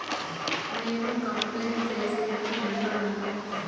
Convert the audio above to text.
నేను కంప్లైంట్ సేసేకి నెంబర్ ఉందా?